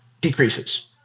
decreases